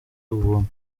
ubuntu